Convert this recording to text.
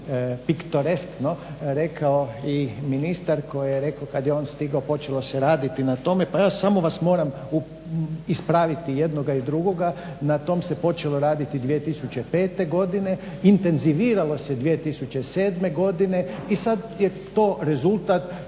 piktoreskno rekao i ministar koji je rekao kad je on stigao počelo se raditi na tome. Pa evo samo vas moram ispraviti jednoga i drugoga. Na tom se počelo raditi 2005. godine. Intenziviralo se 2007. godine i sad je to rezultat